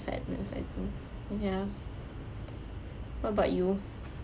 sadness I think ya what about you